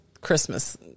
Christmas